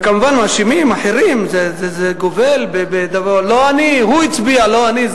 וכמובן מאשימים אחרים: לא אני, הוא הצביע, לא אני.